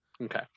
Okay